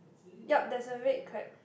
yup there's a red crab